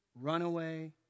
runaway